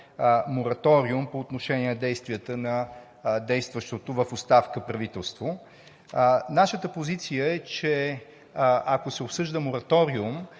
мораториум по отношение действията на действащото в оставка правителство. Нашата позиция е, че ако се обсъжда мораториум,